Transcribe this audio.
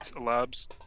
labs